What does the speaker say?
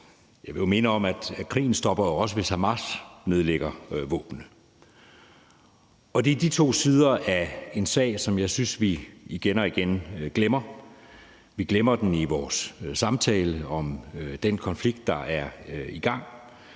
Jeg vil minde om, at krigen jo også stopper, hvis Hamas nedlægger våbnene. Det er de to sider af den sag, som jeg synes vi igen og igen glemmer. Vi glemmer det i vores samtale om den konflikt, der er i gang,